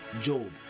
Job